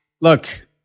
look